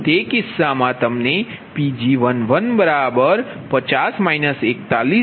તેથી તે કિસ્સામાં Pg150 4120